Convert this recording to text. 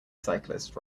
cyclists